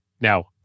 now